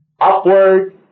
upward